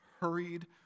hurried